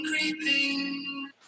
creeping